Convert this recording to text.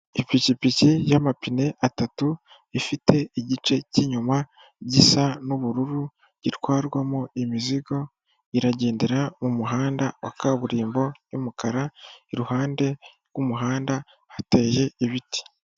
Ipikipiki yamapine atatu ifite igice cy'inyuma gisa n'ubururu gitwarwamo imizigo, iragendera mu muhanda wa kaburimbo y'umukara, iruhande rw'umuhanda hateye ibiti.